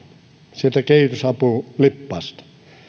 sieltä kehitysapulippaasta